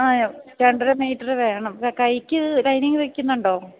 ആഹ് രണ്ടര മീറ്റർ വേണം കൈക്ക് ലൈനിങ് വെയ്ക്കുന്നുണ്ടോ